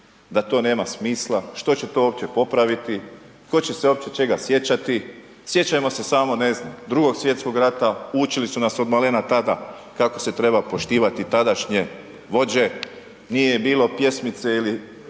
da to nema smisla, što će to uopće popraviti, tko će se opće čega sjećati, sjećajmo se samo, ne znam, Drugog svjetskog rata, učili su nas od malena tada kako se treba poštivati tadašnje vođe, nije bilo pjesmice ili